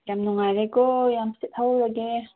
ꯌꯥꯝ ꯅꯨꯡꯉꯥꯏꯔꯦꯀꯣ ꯌꯥꯝ ꯁꯤꯠꯍꯧꯔꯒꯦ